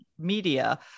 media